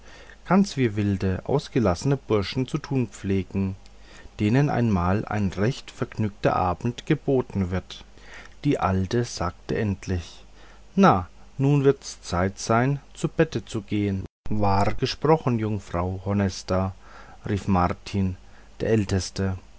ganz wie wilde ausgelassene burschen zu tun pflegen denen einmal ein recht vergnügter abend geboten wird die alte sagte endlich na nun wird's zeit sein zu bette zu gehn wahr gesprochen jungfrau honesta rief martin der älteste